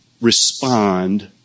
respond